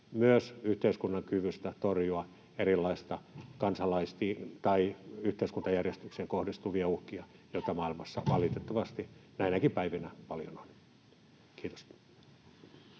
myös yhteiskunnan kykyä torjua erilaisia yhteiskuntajärjestykseen kohdistuvia uhkia, joita maailmassa valitettavasti näinäkin päivinä paljon on. — Kiitos.